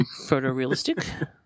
photorealistic